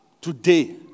Today